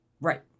Right